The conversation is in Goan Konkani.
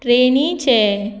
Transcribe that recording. ट्रेनीचे